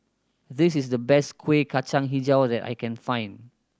this is the best Kueh Kacang Hijau that I can find